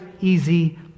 easy